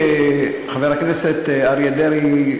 חבר הכנסת אריה דרעי,